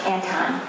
Anton